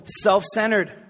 self-centered